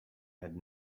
had